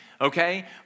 okay